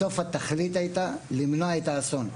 התכלית בסוף היתה למנוע את האסון.